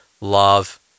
love